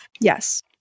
Yes